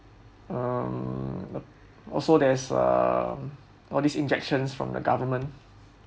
um also there is um all these injections from the government